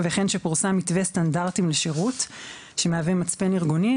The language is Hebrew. וכן שפורסם מתווה סטנדרטים לשירות שמהווה מצפן ארגוני.